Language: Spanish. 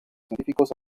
científicos